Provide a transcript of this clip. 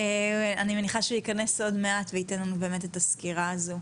אני מניחה שהוא יכנס עוד מעט והוא יתן לנו באמת את הסקירה הזו.